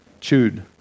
chewed